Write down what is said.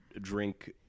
drink